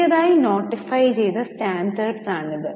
പുതിയതായി നോട്ടിഫൈ ചെയ്ത സ്റ്റാൻഡേർഡ്സ് ആണ് ഇത്